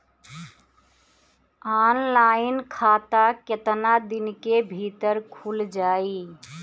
Online खाता केतना दिन के भीतर ख़ुल जाई?